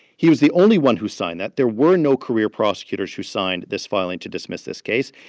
he was the only one who signed that. there were no career prosecutors who signed this filing to dismiss this case.